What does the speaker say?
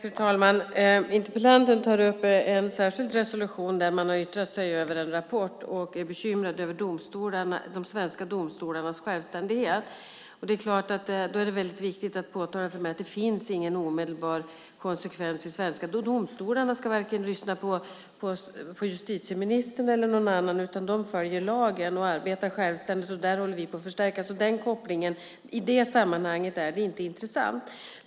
Fru talman! Interpellanten tar upp en särskild resolution där man har yttrat sig över en rapport och är bekymrad över de svenska domstolarnas självständighet. Då är det väldigt viktigt för mig att påtala att det inte finns någon omedelbar konsekvens här. De svenska domstolarna ska varken lyssna på justitieministern eller någon annan. De följer lagen och arbetar självständigt, och det håller vi på att förstärka. I det sammanhanget är detta inte intressant.